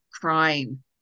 crying